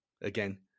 again